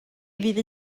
fydd